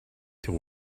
till